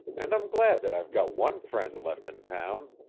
and i'm glad that i've got one friend left in town.